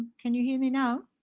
can you hear me now.